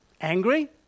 Angry